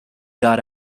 got